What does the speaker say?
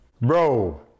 Bro